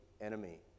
enemy